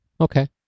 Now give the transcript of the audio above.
okay